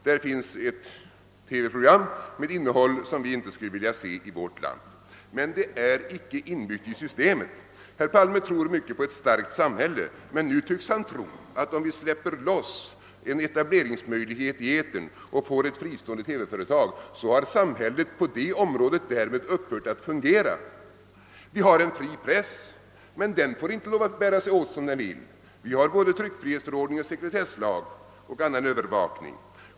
Där finns TV-program med innehåll som vi inte skulle vilja se i vårt land. Men den typen av program är inte inbyggd i systemet. Herr Palme tror mycket på ett starkt samhälle, men nu tycks han anse att om vi släpper loss etableringsmöjligheterna i etern och får ett fristående TV-företag har samhället därmed upphört att fungera. Vi har en fri press, men den får inte bära sig åt som den vill; vi har både tryckfrihetsförordningen, <sekretesslagen och annan övervakning.